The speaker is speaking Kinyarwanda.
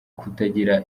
kutagira